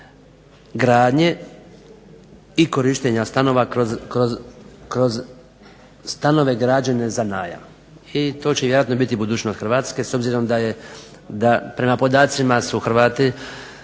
i korištenja stanova kroz stanove građene za najam. I to će vjerojatno biti budućnost Hrvatske s obzirom da prema podacima su Hrvati